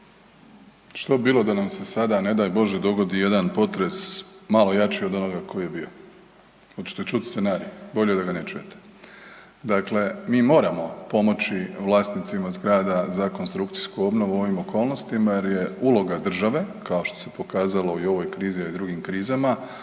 Što bi bilo da nam se sada ne daj Bože dogodi jedan potres malo jači od onoga koji je bio? Hoćete čut scenarij? Bolje da ga ne čujete. Dakle, mi moramo pomoći vlasnicima zgrada za konstrukcijsku obnovu u ovim okolnostima jer je uloga države kao što se pokazalo i u ovoj krizi, a i u drugim krizama